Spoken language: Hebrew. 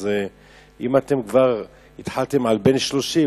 אז אם כבר התחלתם בבן 30,